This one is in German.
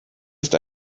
ist